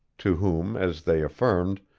to whom, as they affirmed,